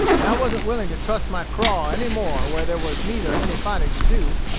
and i wasn't willing to trust my craw any more where there was neither any fighting to do,